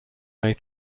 may